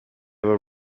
were